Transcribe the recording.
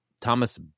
Thomas